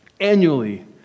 annually